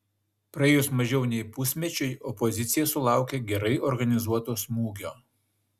praėjus mažiau nei pusmečiui opozicija sulaukė gerai organizuoto smūgio